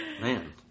man